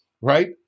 right